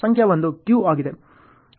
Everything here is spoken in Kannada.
ಸಂಖ್ಯೆ 1 ಕ್ಯೂ ಆಗಿದೆ